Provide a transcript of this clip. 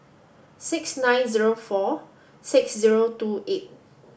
six nine zero four six zero two eight